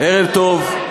ערב טוב.